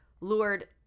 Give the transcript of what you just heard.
lured